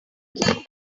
three